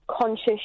conscious